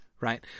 right